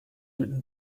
written